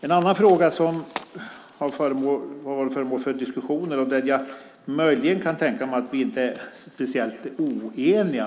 finns en annan fråga som har varit föremål för diskussioner som jag möjligen kan tänka mig att vi inte är speciellt oeniga om.